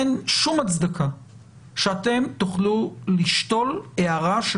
אין שום הצדקה שאתם תוכלו לשתול הערה של